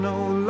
no